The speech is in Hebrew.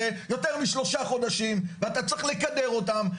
ביותר מ-3 חודשים ואתה צריך לקאדר אותם,